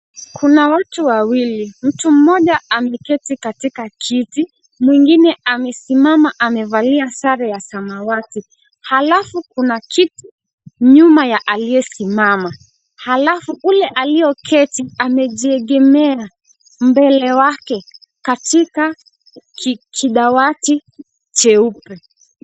Kuna watu wawili. Mtu mmoja ameketi katika kiti, mwingine amesimama amevalia sare ya samawati. Halafu kuna kiti nyuma ya aliyesimama. Halafu, ule alioketi amejiegemea mbele wake katika kidawati cheupe.